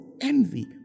envy